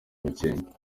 amakenga